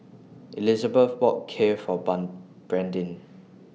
Elisabeth bought Kheer For Brandyn